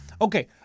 Okay